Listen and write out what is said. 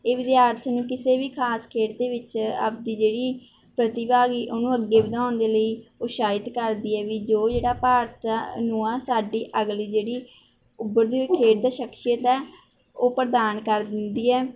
ਇਹ ਵਿਦਿਆਰਥੀ ਨੂੰ ਕਿਸੇ ਵੀ ਖਾਸ ਖੇਡ ਦੇ ਵਿੱਚ ਆਪਦੀ ਜਿਹੜੀ ਪ੍ਰਤਿਭਾ ਗੀ ਉਹਨੂੰ ਅੱਗੇ ਵਧਾਉਣ ਦੇ ਲਈ ਉਤਸ਼ਾਹਿਤ ਕਰਦੀ ਹੈ ਵੀ ਜੋ ਜਿਹੜਾ ਭਾਰਤ ਆ ਨੂੰ ਆ ਸਾਡੀ ਅਗਲੀ ਜਿਹੜੀ ਉੱਭਰਦੀ ਹੋਈ ਖੇਡ ਸ਼ਖਸੀਅਤ ਹੈ ਉਹ ਪ੍ਰਦਾਨ ਕਰ ਦਿੰਦੀ ਹੈ